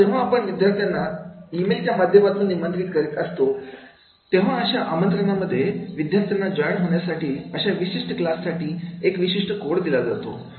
आता जेव्हा आपण विद्यार्थ्यांना ई मेलच्या माध्यमातून निमंत्रित करीत असतो तेव्हा अशा आमंत्रणा मध्ये विद्यार्थ्यांना जॉईन होण्यासाठी अशा विशिष्ट क्लास साठी एक विशिष्ट कोड दिला जातो